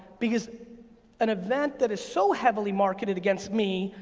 because an event that is so heavily marketed against me,